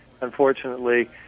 unfortunately